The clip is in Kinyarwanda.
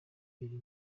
biri